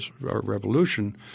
revolution